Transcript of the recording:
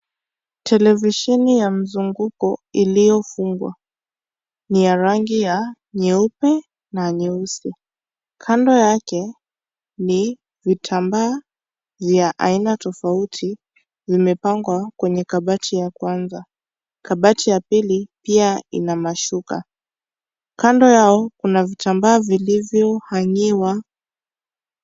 Televisheni ya mzunguko iliyofungwa. Ni ya rangi ya nyeupe na nyeusi. Kando yake ni vitambaa vya aina tofauti vimepangwa kwenye kabati ya Kwanza. Kabati ya pili pia ina mashuka. Kando Yao kuna vitambaa vilivyohang'iwa.